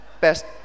best